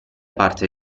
parte